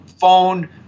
phone